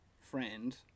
friend